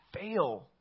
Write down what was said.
fail